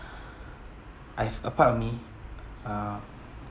I've a part of me uh